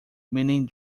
meaning